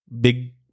big